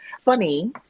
funny